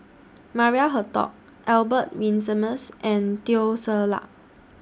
Maria Hertogh Albert Winsemius and Teo Ser Luck